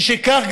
משכך,